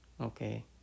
okay